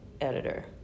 editor